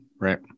Right